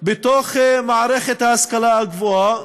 בתוך מערכת ההשכלה הגבוהה.